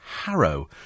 Harrow